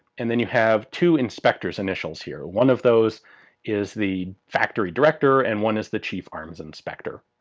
and then you have two inspector's initials here, one of those is the factory director and one is the chief arms inspector,